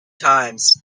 times